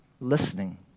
Listening